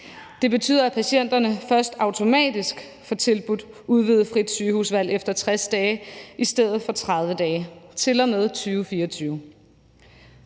Det betyder, at patienterne først automatisk får tilbudt udvidet frit sygehusvalg efter 60 dage i stedet for 30 dage til og med 2024.